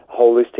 holistic